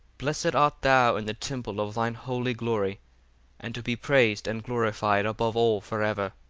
blessed art thou in the temple of thine holy glory and to be praised and glorified above all for ever.